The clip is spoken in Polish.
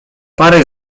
pary